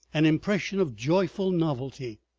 an impression of joyful novelty.